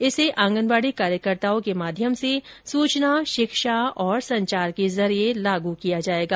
इसे आंगनवाड़ी कार्यकर्ताओं के माध्यम से सूचना शिक्षा और संचार के जरिए लागू किया जाएगा